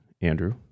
Andrew